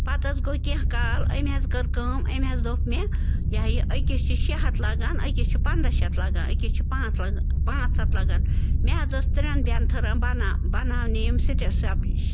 پَتہٕ حظ گوٚو کیٚنہہ کال أمۍ حظ کٔر کٲم أمۍ حظ دوٚپ مےٚ یہِ ہا یہِ أکِس چھٕ شےٚ ہَتھ لَگان أکِس چھِ پَنٛداہ شیٚتھ لَگان أکِس چھِ پانٛژھ لگہ پانٛژھ ہَتھ لَگان مےٚ حظ ٲس ترٛیَن بٮ۪نتھٕرَن بناو بناونہِ یِم سِٹیٹ سَب